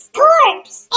corpse